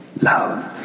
love